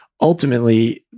ultimately